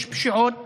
יש פשיעות